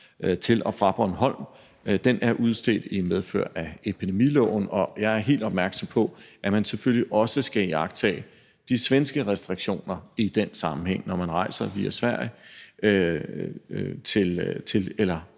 til og fra Bornholm, er udstedt i medfør af epidemiloven, og jeg er helt opmærksom på, at man selvfølgelig også skal iagttage de svenske restriktioner i den sammenhæng, når man rejser via Sverige til